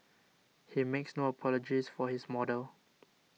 he makes no apologies for his model